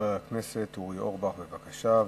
חבר הכנסת אורי אורבך, בבקשה.